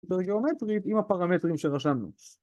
בגיאומטרית עם הפרמטרים שרשמנו